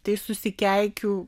tai susikeikiu